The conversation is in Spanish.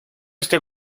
este